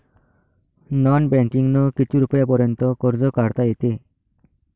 Non बँकिंगनं किती रुपयापर्यंत कर्ज काढता येते?